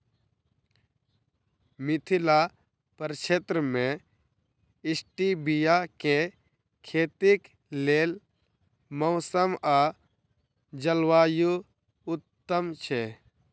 मिथिला प्रक्षेत्र मे स्टीबिया केँ खेतीक लेल मौसम आ जलवायु उत्तम छै?